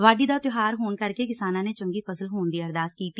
ਵਾਢੀ ਦਾ ਤਿਉਹਾਰ ਹੋਣ ਕਰਕੇ ਕਿਸਾਨਾਂ ਨੇ ਚੰਗੀ ਫਸਲ ਹੋਣ ਦੀ ਅਰਦਾਸ ਕੀਤੀ